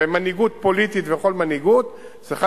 ומנהיגות פוליטית וכל מנהיגות צריכה